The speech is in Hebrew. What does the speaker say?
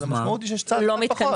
אז יש צעד אחד פחות.